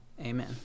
amen